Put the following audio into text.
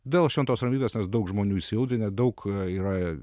dėl šventos ramybės nes daug žmonių įsiaudrinę daug yra